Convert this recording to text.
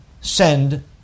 send